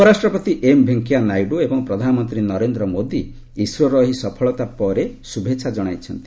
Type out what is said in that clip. ଉପରାଷ୍ଟ୍ରପତି ଏମ୍ ଭେଙ୍କେୟା ନାଇଡ଼ ଏବଂ ପ୍ରଧାନମନ୍ତ୍ରୀ ନରେନ୍ଦ୍ର ମୋଦି ଇସ୍ରୋର ଏହି ସଫଳତା ପରେ ଶୁଭେଚ୍ଛା କଣାଇଛନ୍ତି